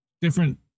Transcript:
different